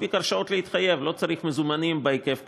מספיק הרשאות להתקדם ולא צריך מזומנים בהיקף כזה.